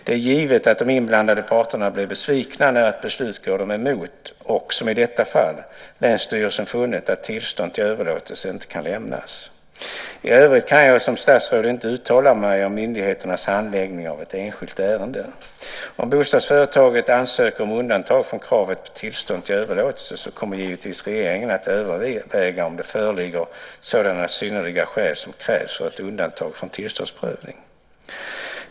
Det är givet att de inblandade parterna blir besvikna när ett beslut går dem emot och, som i detta fall, länsstyrelsen funnit att tillstånd till överlåtelse inte kan lämnas. I övrigt kan jag som statsråd inte uttala mig om myndigheternas handläggning av ett enskilt ärende. Om bostadsföretaget ansöker om undantag från kravet på tillstånd till överlåtelse kommer givetvis regeringen att överväga om det föreligger sådana synnerliga skäl som krävs för ett undantag från tillståndsprövning.